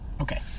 okay